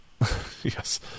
Yes